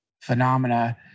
phenomena